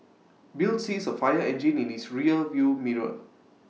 bill sees A fire engine in his rear view mirror